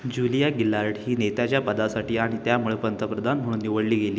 Julia Gillard ही नेत्याच्या पदासाठी आणि त्यामुळे पंतप्रधान म्हणून निवडली गेली